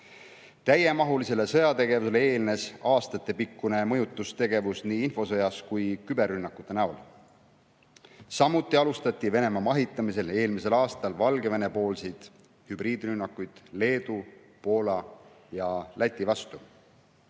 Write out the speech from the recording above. Täiemahulisele sõjategevusele eelnes aastatepikkune mõjutustegevus nii infosõjas kui ka küberrünnakute näol. Samuti alustas Valgevene – Venemaa mahitamisel – eelmisel aastal hübriidrünnakuid Leedu, Poola ja Läti vastu.